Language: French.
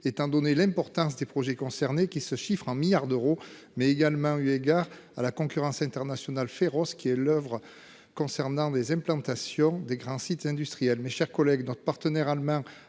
Étant donné l'importance des projets concernés qui se chiffrent en milliards d'euros mais également eu égard à la concurrence internationale féroce qui est l'oeuvre concernant les implantations des grands sites industriels.